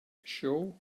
show